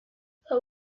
there